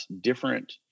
different